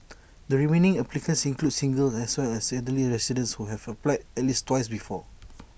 the remaining applicants include singles as well as elderly residents who have applied at least twice before